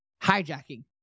hijacking